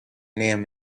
name